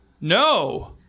no